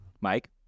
Mike